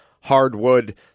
hardwood